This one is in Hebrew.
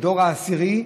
דור עשירי,